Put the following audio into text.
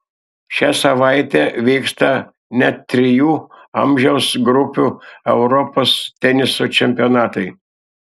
šią savaitę vyksta net trijų amžiaus grupių europos teniso čempionatai